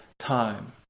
time